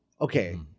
Okay